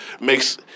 Makes